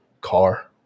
car